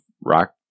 rock